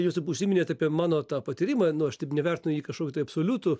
jūs užsiminėt apie mano tą patyrimą nu aš taip nevertinu jį kažkokį tai absoliutų